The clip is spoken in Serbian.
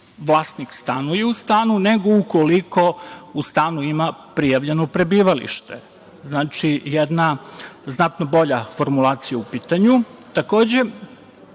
vlasnik stanuje u stanu, nego ukoliko u stanu ima prijavljeno prebivalište. Znači, to je jedna znatno bolja formulacija u pitanju. Takođe,